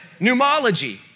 Pneumology